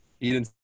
Eden